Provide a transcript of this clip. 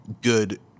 good